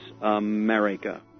America